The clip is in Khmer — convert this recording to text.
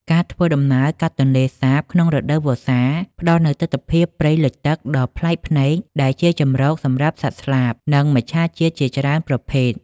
ការធ្វើដំណើរកាត់ទន្លេសាបក្នុងរដូវវស្សា ផ្តល់នូវទិដ្ឋភាពព្រៃលិចទឹកដ៏ប្លែកភ្នែក ដែលជាជម្រកសម្រាប់សត្វស្លាប និងមច្ឆជាតិជាច្រើនប្រភេទ។